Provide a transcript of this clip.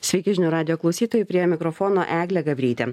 sveiki žinių radijo klausytojai prie mikrofono eglė gabrytė